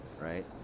right